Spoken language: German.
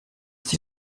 sich